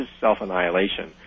self-annihilation